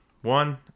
One